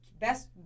best